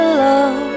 love